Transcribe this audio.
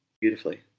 beautifully